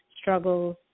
struggles